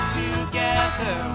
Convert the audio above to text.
together